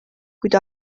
kuid